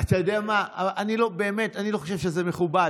אתה יודע מה, באמת, אני לא חושב שזה מכובד.